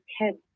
kids